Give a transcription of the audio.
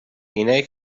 اینایی